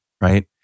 right